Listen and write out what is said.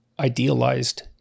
idealized